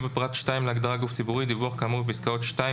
בפרט (2) להגדרה "גוף ציבורי" דיווח כאמור בפסקאות (2),